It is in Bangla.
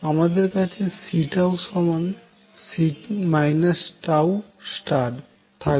আমাদের কাছে C C τথাকবে